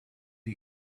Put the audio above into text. you